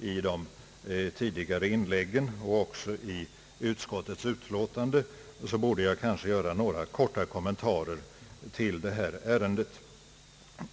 i de tidigare inläggen och även i utskottets utlåtande borde jag kanske göra några korta kommentarer till detta ärende.